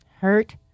hurt